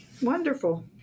Wonderful